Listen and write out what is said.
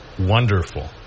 wonderful